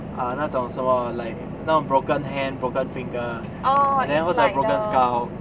ah 那种什么 like 那种 broken hand broken finger then 或者 broken skull